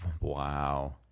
wow